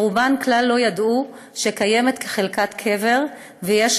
שרובן כלל לא ידעו שקיימת חלקת קבר ויש